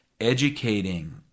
educating